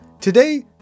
Today